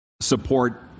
support